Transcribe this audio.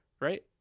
Right